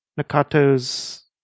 Nakato's